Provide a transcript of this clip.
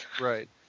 Right